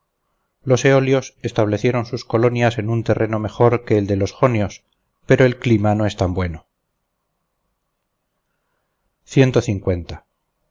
los eolios establecieron sus colonias en un terreno mejor que el de los jonios pero el clima no es tan bueno